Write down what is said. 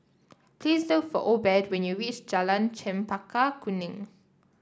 please look for Obed when you reach Jalan Chempaka Kuning